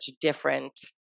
different